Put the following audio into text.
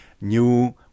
new